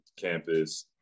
campus